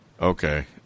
Okay